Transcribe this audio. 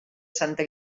santa